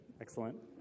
Excellent